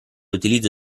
utilizzo